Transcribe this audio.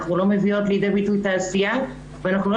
אנחנו לא מביאות לידי ביטוי את העשייה ואנחנו לא